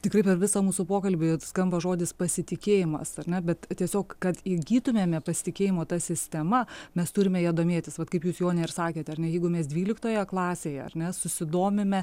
tikrai per visą mūsų pokalbį skamba žodis pasitikėjimas ar ne bet tiesiog kad įgytumėme pasitikėjimo ta sistema mes turime ja domėtis vat kaip jūs jone ir sakėte ar ne jeigu mes dvyliktoje klasėje ar ne susidomime